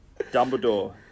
Dumbledore